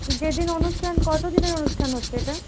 যেদিন অনুষ্ঠান কত দিনের অনুষ্ঠান হচ্ছে এটা